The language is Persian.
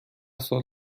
سال